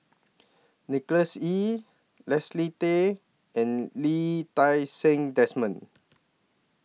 Nicholas Ee Leslie Tay and Lee Ti Seng Desmond